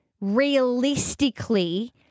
realistically